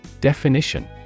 Definition